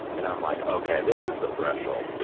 and i'm like okay, this is the threshold.